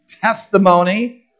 testimony